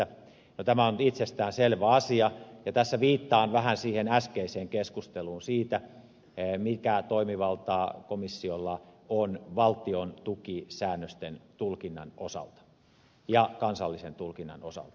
no tämä on itsestäänselvä asia ja tässä viittaan vähän siihen äskeiseen keskusteluun siitä mikä toimivalta komissiolla on valtiontukisäännösten tulkinnan osalta ja kansallisen tulkinnan osalta